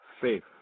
faith